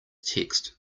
text